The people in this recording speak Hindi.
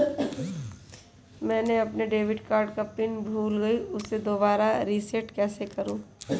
मैंने अपने डेबिट कार्ड का पिन भूल गई, उसे दोबारा रीसेट कैसे करूँ?